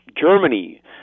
Germany